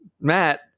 Matt